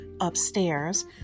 upstairs